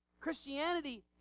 Christianity